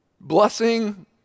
Blessing